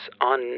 on